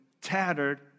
tattered